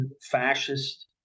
fascist